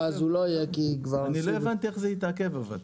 אני לא הבנתי איך זה יתעכב.